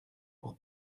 pour